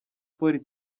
sports